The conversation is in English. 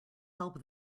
help